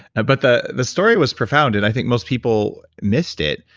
and but the the story was profound, and i think most people missed it.